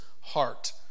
heart